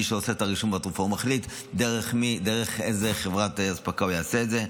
מי שעושה את הרישום והתרופה מחליט דרך איזו חברת אספקה הוא יעשה את זה.